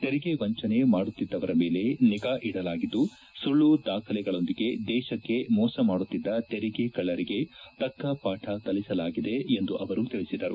ತೆರಿಗೆ ವಂಚನೆ ಮಾಡುತ್ತಿದ್ದವರ ಮೇಲೆ ನಿಗಾ ಇಡಲಾಗಿದ್ದು ಸುಳ್ಳು ದಾಖಲೆಗಳೊಂದಿಗೆ ದೇಶಕ್ಕೆ ಮೋಸ ಮಾಡುತ್ತಿದ್ದ ತೆರಿಗೆ ಕಳ್ಳರಿಗೆ ತಕ್ಕಪಾಠ ಕಲಿಸಲಾಗಿದೆ ಎಂದು ಅವರು ತಿಳಿಸಿದರು